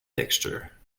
texture